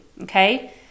okay